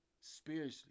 spiritually